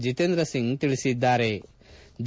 ಜಿತೇಂದ್ರ ಸಿಂಗ್ ಹೇಳಿದ್ಗಾರೆ